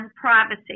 privacy